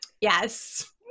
Yes